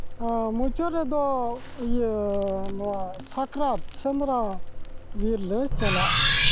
ᱢᱩᱪᱟᱹᱫ ᱨᱮᱫᱚ ᱤᱭᱟᱹ ᱱᱚᱣᱟ ᱥᱟᱠᱨᱟᱛ ᱥᱮᱸᱫᱽᱨᱟ ᱵᱤᱨ ᱞᱮ ᱪᱟᱞᱟᱜᱼᱟ